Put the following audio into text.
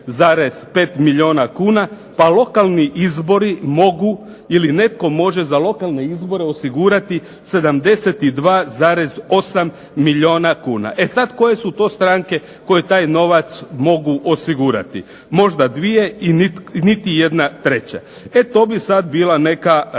Pa lokalni izbori mogu ili netko može za lokalne izbore osigurati 72,8 milijuna kuna. E sad koje su to stranke koje taj novac mogu osigurati? Možda dvije i niti jedna treća. E to bi sad bila neka realna